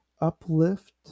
uplift